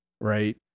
Right